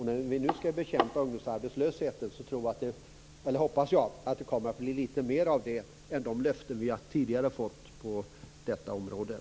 När vi nu skall bekämpa ungdomsarbetslösheten hoppas jag att det skall bli litet mer än de löften vi tidigare har fått på området.